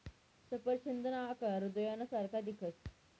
सफरचंदना आकार हृदयना सारखा दिखस